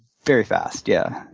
very fast, yeah,